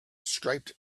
striped